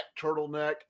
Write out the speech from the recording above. turtleneck